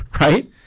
Right